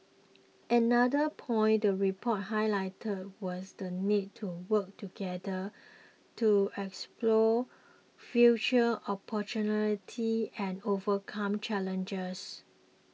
another point the report highlighted was the need to work together to explore future opportunity and overcome challenges